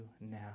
now